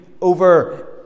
over